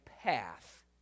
path